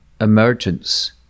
emergence